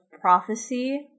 prophecy